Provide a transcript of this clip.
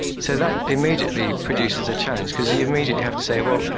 so that immediately produces a challenge because you immediately have to say, well,